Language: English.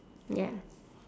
ya